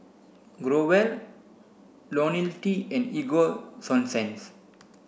Growell lonil T and Ego sunsense